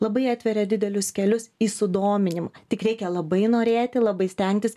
labai atveria didelius kelius į sudominimą tik reikia labai norėti labai stengtis